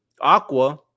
Aqua